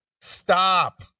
Stop